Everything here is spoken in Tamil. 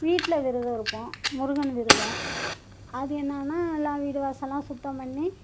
வீட்டில் விரதம் இருப்போம் முருகன் விரதம் அது என்னென்னா எல்லாம் வீடு வாசெல்லாம் சுத்தம் பண்ணி